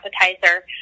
appetizer